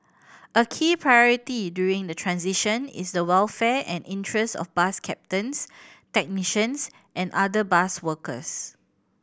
a key priority during the transition is the welfare and interest of bus captains technicians and other bus workers